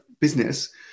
business